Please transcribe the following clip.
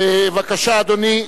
בבקשה, אדוני.